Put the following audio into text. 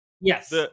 Yes